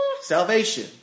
salvation